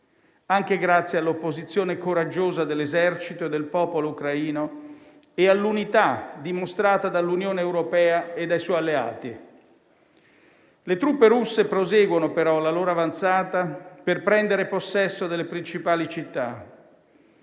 anche grazie all'opposizione coraggiosa dell'esercito e del popolo ucraino e all'unità dimostrata dall'Unione europea e dai suoi alleati. Le truppe russe proseguono, però, la loro avanzata per prendere possesso delle principali città: